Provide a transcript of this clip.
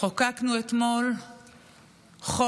חוקקנו אתמול חוק